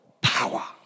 power